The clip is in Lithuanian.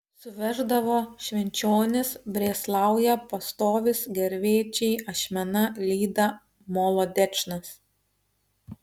suveždavo švenčionys brėslauja pastovis gervėčiai ašmena lyda molodečnas